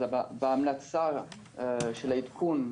בהמלצה של העדכון,